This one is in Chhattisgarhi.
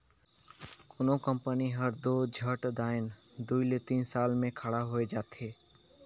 कोनो कंपनी हर दो झट दाएन दुई ले तीन साल में ही खड़ा होए जाथे